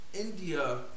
India